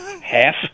Half